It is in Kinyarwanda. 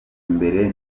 imbere